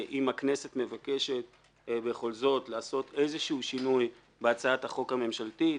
אם הכנסת מבקשת בכל זאת לעשות איזשהו שינוי בהצעת החוק הממשלתית,